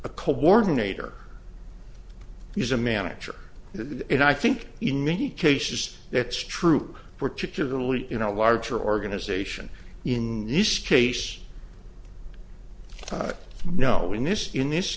a coordinator he's a manager and i think in many cases it's true particularly in a larger organization in this case no in this in this